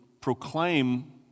proclaim